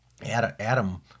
Adam